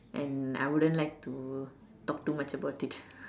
and I wouldn't like to talk too much about it